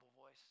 voice